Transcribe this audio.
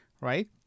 right